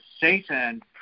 Satan